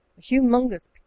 humongous